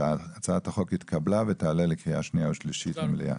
הצבעה הצעת החוק התקבלה ותעלה לקריאה שנייה ושלישית במליאה.